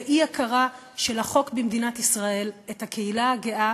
באי-הכרה של החוק במדינת ישראל בקהילה הגאה